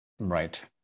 right